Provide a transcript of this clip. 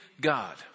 God